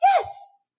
Yes